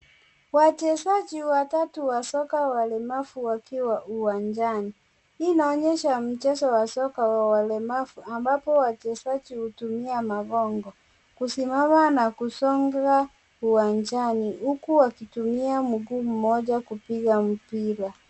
Wachezaji watatu wa soka walemavu wakiwa uwanjani, hii inaonyesha mchezo wa soka wa walemavu ambapo wachezaji hutumia mavongo, kusimama na kusonga uwanjani huku wakitumia mguu mmoja kupiga mpira.